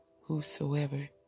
whosoever